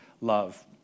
love